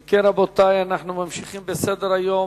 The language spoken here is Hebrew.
אם כן, רבותי, אנחנו ממשיכים בסדר-היום.